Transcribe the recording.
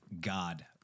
god